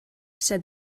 said